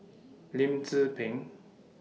Lim Tze Peng